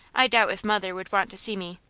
i doubt if mother would want to see me,